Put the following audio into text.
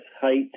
height